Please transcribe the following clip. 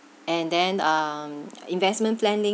and then um an investment planning